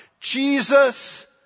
Jesus